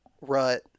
rut